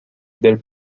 del